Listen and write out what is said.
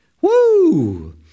Woo